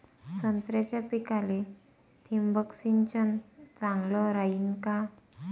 संत्र्याच्या पिकाले थिंबक सिंचन चांगलं रायीन का?